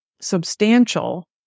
substantial